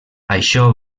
això